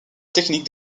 technique